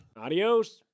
Adios